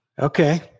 Okay